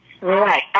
Right